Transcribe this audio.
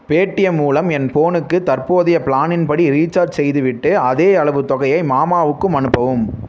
Paytm மூலம் என் ஃபோனுக்கு தற்போதைய ப்ளானின் படி ரீசார்ஜ் செய்துவிட்டு அதே அளவு தொகையை மாமாவுக்கும் அனுப்பவும்